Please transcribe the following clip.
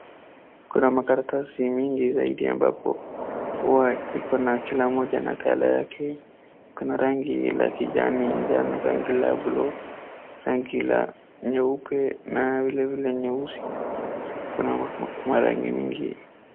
Kuna makaratsi mingi zaidi ambapo huwa iko na kila mmoja na colour yake. Iko na rangi la kijani, jano rangi la bluu, rangi la nyeupe na vile vile nyeusi. Kuna marangi mingi.